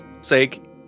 sake